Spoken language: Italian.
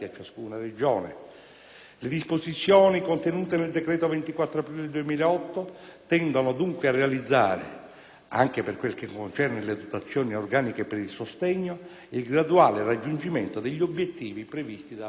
Le disposizioni contenute nel decreto 24 aprile 2008 tendono dunque a realizzare, anche per quel che concerne le dotazioni organiche per il sostegno, il graduale raggiungimento degli obiettivi previsti dalla suddetta legge.